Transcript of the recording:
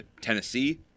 Tennessee